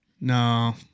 No